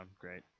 great